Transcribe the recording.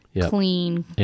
clean